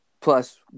Plus